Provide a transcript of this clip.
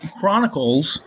chronicles